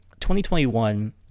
2021